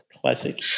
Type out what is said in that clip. classic